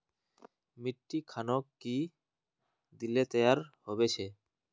मिट्टी खानोक की दिले तैयार होबे छै?